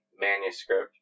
manuscript